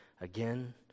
again